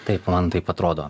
taip man taip atrodo